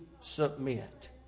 submit